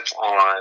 on